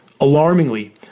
alarmingly